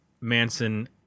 Manson